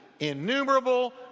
innumerable